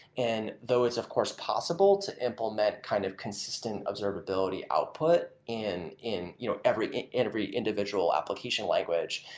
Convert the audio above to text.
and those, of course, possible to implement kind of consistent observability output in in you know every every individual application language.